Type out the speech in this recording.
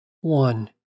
one